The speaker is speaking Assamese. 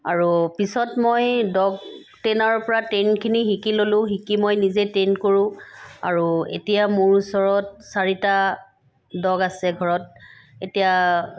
আৰু পিছত মই ডগ ট্ৰেইনাৰৰপৰা ট্ৰেইনখিনি শিকি ল'লো শিকি মই নিজে ট্ৰেইন কৰোঁ আৰু এতিয়া মোৰ ওচৰত চাৰিটা ডগ আছে ঘৰত এতিয়া